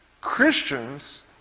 Christians